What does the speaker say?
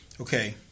Okay